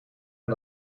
een